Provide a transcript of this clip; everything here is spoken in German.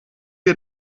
wir